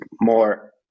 more